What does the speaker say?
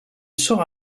sera